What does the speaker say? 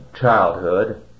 childhood